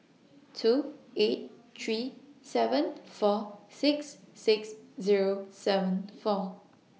two eight three seven four six six Zero seven four